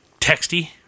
texty